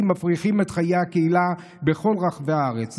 מפריחים את חיי הקהילה בכל רחבי הארץ.